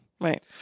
Right